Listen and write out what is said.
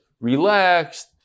relaxed